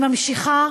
היא ממשיכה